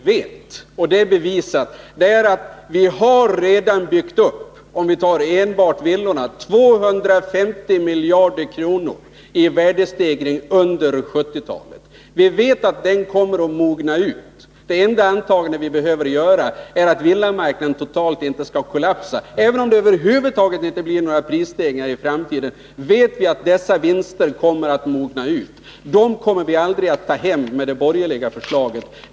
Fru talman! Vad vi däremot vet — det är bevisat — är att under 1970-talet har vi byggt upp en värdestegring som enbart i fråga om villorna uppgår till omkring 250 miljarder kronor. Vi vet att den värdestegringen kommer att mogna ut. Det enda antagande vi behöver göra är att villamarknaden inte skall totalt kollapsa. Även om det över huvud taget inte blir några prisstegringar i framtiden, så vet vi att dessa vinster kommer att mogna ut. De här vinsterna kommer vi aldrig att ta in till samhället, om riksdagen följer det borgerliga förslaget.